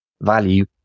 value